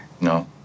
No